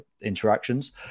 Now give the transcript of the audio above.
interactions